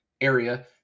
area